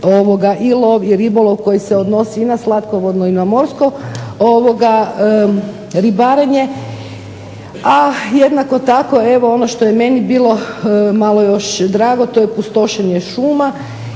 i lov i ribolov koji se odnosi i na slatkovodno i morsko ribarenje. A jednako tako evo ono što je meni bilo malo još drago to je pustošenje šuma